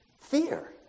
Fear